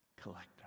collector